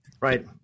Right